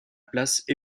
place